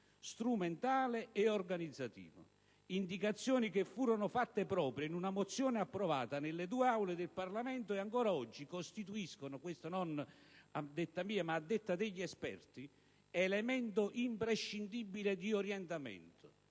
strumentale e organizzativo. Indicazioni che furono fatte proprie in una mozione approvata nelle due Aule del Parlamento e ancora oggi costituiscono - non a detta mia, ma degli esperti - un elemento imprescindibile di orientamento.